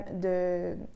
de